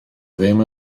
ddim